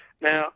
Now